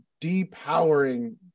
depowering